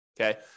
Okay